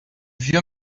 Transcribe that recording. vieux